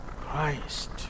Christ